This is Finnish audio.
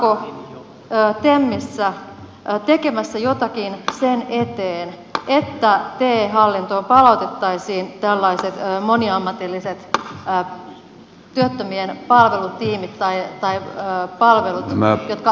ollaanko temissä tekemässä jotakin sen eteen että te hallintoon palautettaisiin tällaiset moniammatilliset työttömien palvelutiimit tai palvelut jotka ennen tätä